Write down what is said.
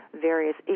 various